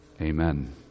amen